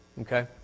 Okay